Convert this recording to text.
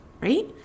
right